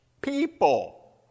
people